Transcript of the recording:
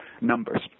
numbers